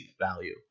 value